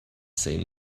say